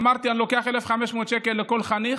אמרתי: אני לוקח 1,500 שקל מכל חניך,